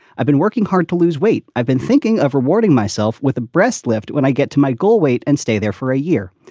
i've been working hard to lose weight. i've been thinking of rewarding myself with a breast lift when i get to my goal weight and stay there for a year.